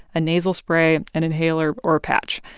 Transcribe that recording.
a nasal spray, an inhaler or a patch.